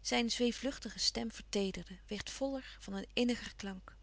zijn zweefluchtige stem verteederde werd voller van een inniger klank